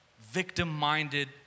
victim-minded